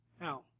Now